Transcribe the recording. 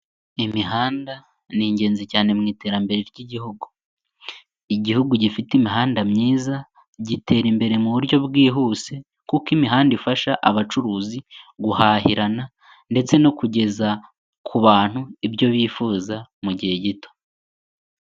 Imihanda ni ingenzi cyane mu iterambere ry'igihugu. Igihugu gifite imihanda myiza, gitera imbere mu buryo bwihuse kuko imihanda ifasha abacuruzi guhahirana ndetse no kugeza ku bantu ibyo bifuza mu gihe gito.